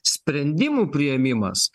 sprendimų priėmimas